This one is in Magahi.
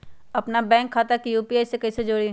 अपना बैंक खाता के यू.पी.आई से कईसे जोड़ी?